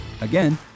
Again